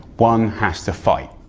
one has to fight.